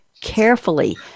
carefully